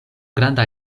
granda